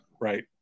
right